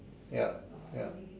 ya ya